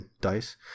dice